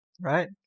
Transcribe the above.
Right